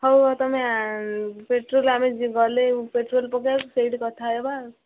ହଉ ହଉ ତମେ ପେଟ୍ରୋଲ୍ ଆମେ ଗଲେ ପେଟ୍ରୋଲ୍ ପକେଇବାକୁ ସେଇଠି କଥା ହେବା ଆଉ